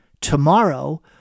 tomorrow